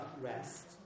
rest